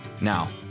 Now